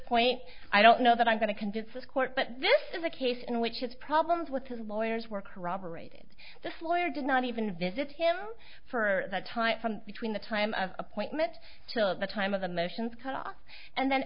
point i don't know that i'm going to convince this court but this is a case in which his problems with his lawyers were corroborated this lawyer did not even visit him for that time between the time of appointment to the time of the motions cut off and then